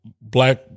black